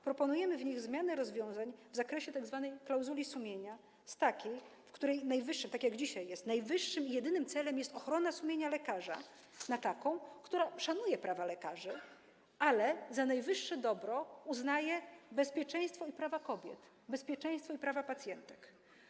Proponujemy w nich zmianę rozwiązań w zakresie tzw. klauzuli sumienia z takiej, której, tak jak dzisiaj, najwyższym i jedynym celem jest ochrona sumienia lekarza, na taką, która szanuje prawa lekarzy, ale za najwyższe dobro uznaje bezpieczeństwo i prawa kobiet, bezpieczeństwo i prawa pacjentek.